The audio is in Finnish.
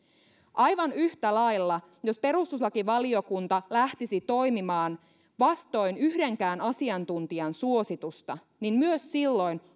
aivan yhtä lailla jos perustuslakivaliokunta lähtisi toimimaan vastoin yhdenkään asiantuntijan suositusta myös silloin